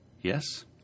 Yes